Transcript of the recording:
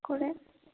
করে